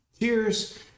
cheers